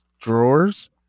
drawers